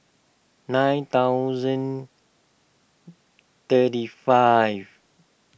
nine thousand thirty five